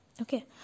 Okay